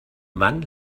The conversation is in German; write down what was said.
wann